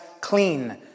clean